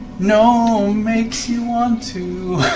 gnome makes you want to